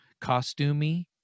costumey